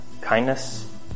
kindness